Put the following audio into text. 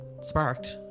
sparked